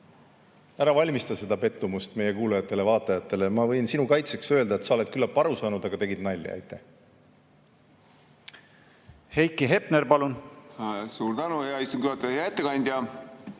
Ära valmista seda pettumust meie kuulajatele-vaatajatele. Ma võin sinu kaitseks öelda, et küllap sa oled aru saanud, aga tegid nalja. Heiki Hepner, palun! Suur tänu, hea istungi juhataja! Hea ettekandja!